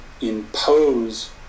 impose